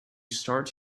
start